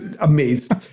amazed